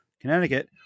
Connecticut